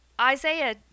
Isaiah